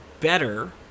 better